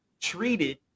treated